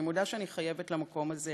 אני מודה שאני חייבת למקום הזה